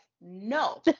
no